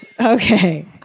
Okay